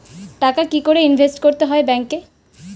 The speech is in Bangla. টাকা কি করে ইনভেস্ট করতে হয় ব্যাংক এ?